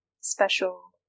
special